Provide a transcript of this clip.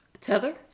Tether